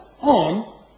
on